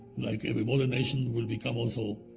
like every modern nation, will become, also,